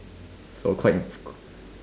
so quite